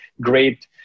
great